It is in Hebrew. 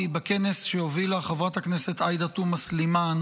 בכנס שהובילה חברת הכנסת עאידה תומא סלימאן